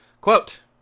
quote